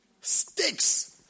Sticks